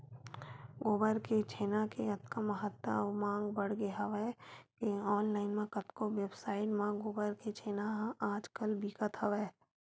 गोबर के छेना के अतका महत्ता अउ मांग बड़गे हवय के ऑनलाइन म कतको वेबसाइड म गोबर के छेना ह आज कल बिकत हवय